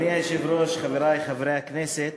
אדוני היושב-ראש, חברי חברי הכנסת,